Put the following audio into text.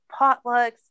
potlucks